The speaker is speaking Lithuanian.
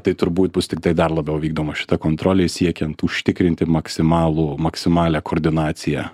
tai turbūt bus tiktai dar labiau vykdoma šita kontrolė siekiant užtikrinti maksimalų maksimalią koordinaciją